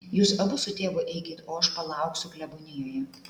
jūs abu su tėvu eikit o aš palauksiu klebonijoje